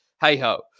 hey-ho